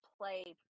play